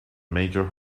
major